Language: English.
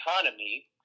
economy